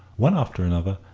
one after another,